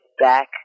back